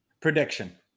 Prediction